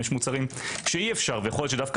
יש מוצרים שאי אפשר ויכול להיות שדווקא